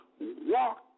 walk